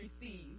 receive